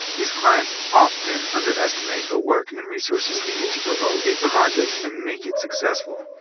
these clients often underestimate the work and resources needed to promote a project and make it successful.